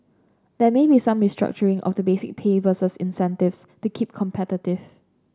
there may be some restructuring of the basic pay versus incentives to keep competitive